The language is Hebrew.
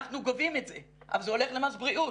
אנחנו גובים את זה אבל זה הולך למס בריאות.